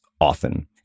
often